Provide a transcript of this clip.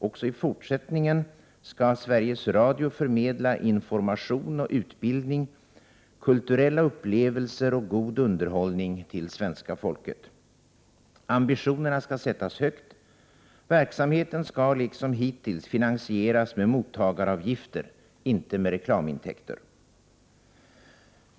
Också i fortsättningen skall SR förmedla information och utbildning, kulturella upplevelser och god underhållning till svenska folket. Ambitionerna skall sättas högt. Verksamheten skall liksom hittills finansieras med mottagaravgifter, inte med reklamintäkter.